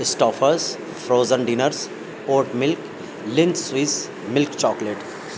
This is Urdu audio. Stouffer's frozen dinners it milk لن سویٹس ملک چاکلیٹ